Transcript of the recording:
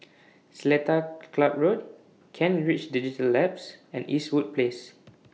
Seletar Club Road Kent Ridge Digital Labs and Eastwood Place